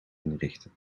inrichten